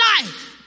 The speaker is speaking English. life